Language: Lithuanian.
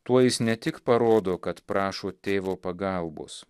tuo jis ne tik parodo kad prašo tėvo pagalbos